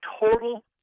total